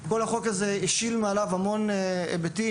כל החוק הזה השיל מעליו המון היבטים,